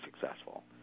successful